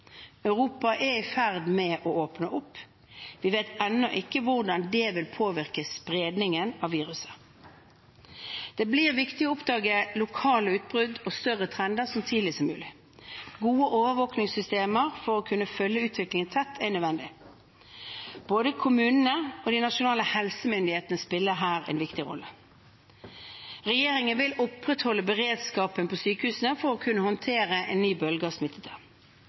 Europa er i ferd med å åpne opp. Vi vet ennå ikke hvordan det vil påvirke spredningen av viruset. Det blir viktig å oppdage lokale utbrudd og større trender så tidlig som mulig. Gode overvåkingssystemer for å kunne følge utviklingen tett er nødvendig. Både kommunene og de nasjonale helsemyndighetene spiller her en viktig rolle. Regjeringen vil opprettholde beredskapen på sykehusene for å kunne håndtere en